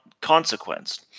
consequence